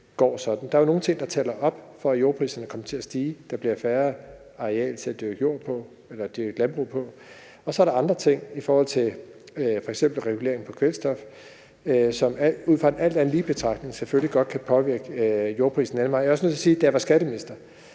Der er jo nogle ting, der tæller op, for at jordpriserne kommer til at stige i – der bliver mindre areal til at dyrke landbrug på – og så er der andre ting i forhold til f.eks. regulering af kvælstof, som ud fra en alt andet lige-betragtning selvfølgelig godt kan påvirke jordpriserne den anden vej. Jeg også er nødt til at sige, at da jeg var skatteminister,